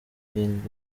ping